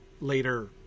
later